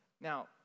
Now